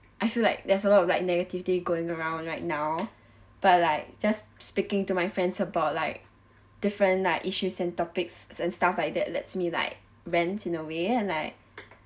I feel like there's a lot of like negativity going around right now but like just speaking to my friends about like different like issues and topics and stuff like that lets me like vent in a way and like